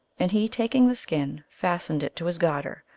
and he, taking the skin, fastened it to his garter,